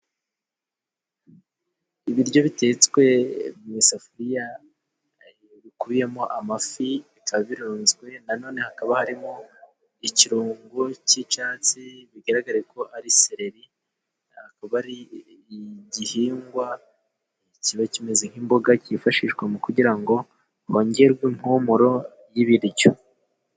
Ibiryo bitetswe mu isafuriya bikubiyemo amafi, bikaba birunzwe na nonehakaba harimo ikirungo cy'icyatsi bigaragare ko ari sereri, akaba ari igihingwa kiba kimeze nk'imboga, cyifashishwa kugira ngo bongerwe impumuro y'ibibiriryo.